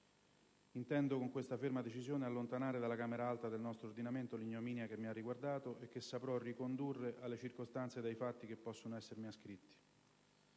Intendo con questa ferma decisione allontanare dalla Camera Alta del nostro ordinamento l'ignominia che mi ha riguardato e che saprò ricondurre alle circostanze ed ai fatti che possono essermi ascritti;